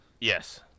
Yes